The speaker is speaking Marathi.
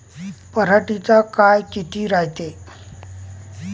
पराटीचा काळ किती रायते?